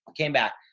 came back,